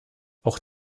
auch